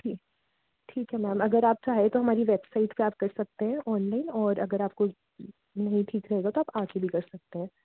जी ठीक है मैम अगर चाहे तो हमारी वेबसाइट पर आप कर सकते हैं ऑनलाइन और अगर आप कोई नहीं ठीक है मतलब आप आ कर भी कर सकते हैं